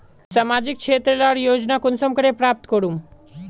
सामाजिक क्षेत्र लार योजना कुंसम करे पता करूम?